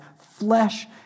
flesh